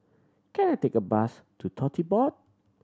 can I take a bus to Tote Board